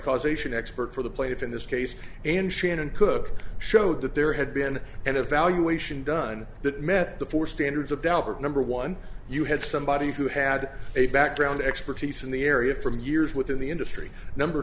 causation expert for the plaintiff in this case and shannon cook showed that there had been an evaluation done that met the four standards of belford number one you had somebody who had a background expertise in the area from years within the industry number